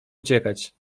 uciekać